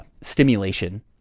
stimulation